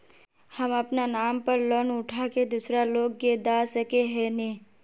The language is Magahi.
हम अपना नाम पर लोन उठा के दूसरा लोग के दा सके है ने